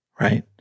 right